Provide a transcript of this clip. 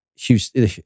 Houston